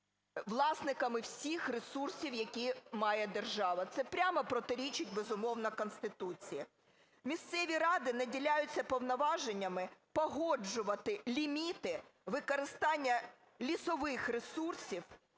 власниками всіх ресурсів, які має держава. Це прямо протирічить, безумовно, Конституції. Місцеві ради наділяються повноваженнями погоджувати ліміти використання лісових ресурсів